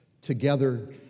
together